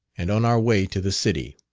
and on our way to the city.